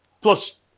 Plus